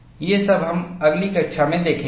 ये सब हम अगली कक्षा में देखेंगे